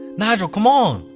nygel, come on!